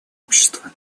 общества